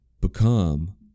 become